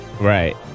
Right